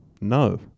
No